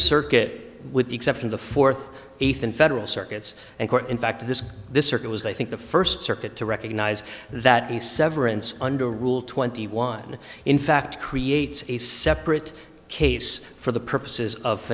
circuit with the exception the fourth eighth in federal circuits and court in fact this this circuit was i think the first circuit to recognize that a severance under rule twenty one in fact creates a separate case for the purposes of